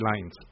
lines